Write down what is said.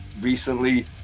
recently